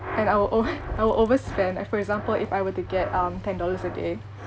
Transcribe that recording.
and I will over~ I will overspend like for example if I were to get um ten dollars a day